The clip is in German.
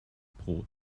brot